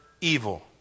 evil